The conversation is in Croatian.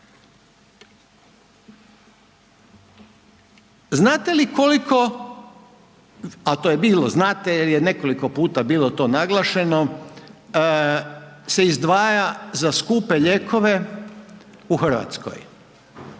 Znate li koliko, al to je bilo znate jer je nekoliko puta bilo to naglašeno, se izdvaja za skupe lijekove u Hrvatskoj?